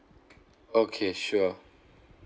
okay sure